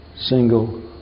single